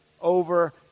over